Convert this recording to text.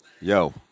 yo